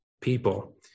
people